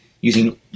using